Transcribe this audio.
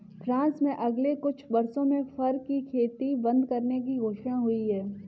France में अगले कुछ वर्षों में फर की खेती बंद करने की घोषणा हुई है